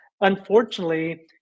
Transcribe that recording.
Unfortunately